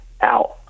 out